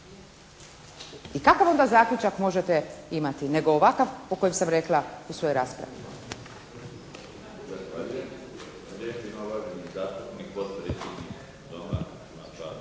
I kakav onda zaključak možete imati nego ovakav kojeg sam rekla u svojoj raspravi?